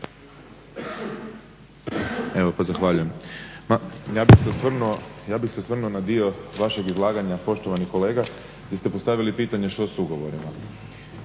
bi se osvrnuo, ja bi se osvrnuo na dio vašeg izlaganja poštovani kolega, gdje ste postavili pitanje što s ugovorim.